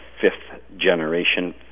fifth-generation